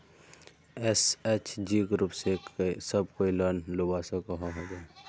SHG group से सब कोई लोन लुबा सकोहो होबे?